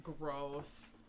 gross